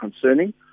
concerning